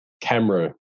camera